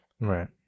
Right